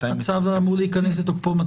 מתי הצו אמור להיכנס לתוקפו?